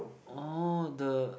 oh the